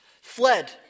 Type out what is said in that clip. fled